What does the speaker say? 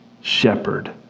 shepherd